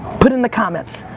put it in the comments,